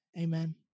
amen